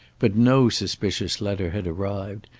but no suspicious letter had arrived,